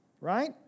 right